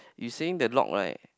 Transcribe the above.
you saying the log right